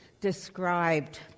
described